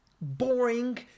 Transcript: boring